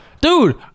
Dude